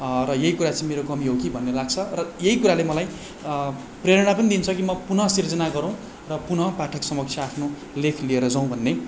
र यही कुरा चाहिँ मेरो कमी हो कि भन्ने लाग्छ र यही कुराले मलाई प्रेरणा पनि दिन्छ कि म पुनः सिर्जना गरौँ र पुनः पाठक समक्ष आफ्नो लेख लिएर जाउँ भन्ने